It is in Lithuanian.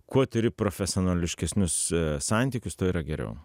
kuo turi profesionališkesnius santykius tuo yra geriau